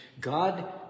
God